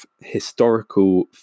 historical